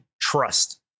trust